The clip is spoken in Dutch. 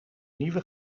nieuwe